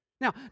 Now